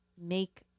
Make